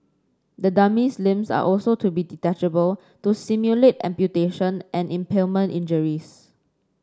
the dummy's limbs are also to be detachable to simulate amputation and impalement injuries